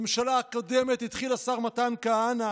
בממשלה הקודמת התחיל השר מתן כהנא